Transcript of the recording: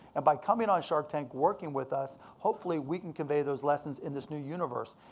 and by coming on shark tank, working with us, hopefully we can convey those lessons in this new universe.